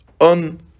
on